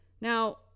Now